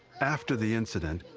after the incident,